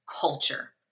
culture